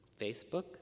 Facebook